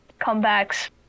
comebacks